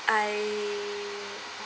I